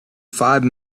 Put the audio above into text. five